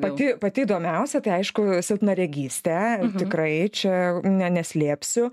pati pati įdomiausia tai aišku silpnaregystė tikrai čia neslėpsiu